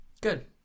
Good